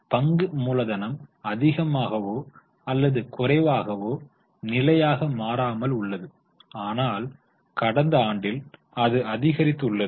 பங்கு மூலதனம் அதிகமாகவோ அல்லது குறைவாகவோ நிலையாக மாறாமல் உள்ளது ஆனால் கடந்த ஆண்டில் அது அதிகரித்துள்ளது